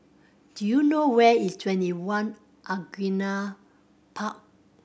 do you know where is TwentyOne Angullia Park